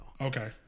Okay